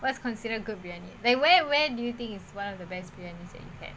what's considered good briyani then where where do you think is one of the best briyani that's you had